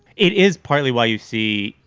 it is partly why you see,